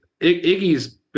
Iggy's